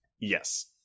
Yes